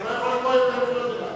אתה לא יכול לקרוא קריאות ביניים.